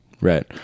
Right